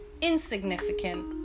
insignificant